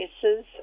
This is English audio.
cases